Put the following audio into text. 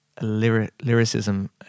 lyricism